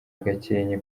gakenke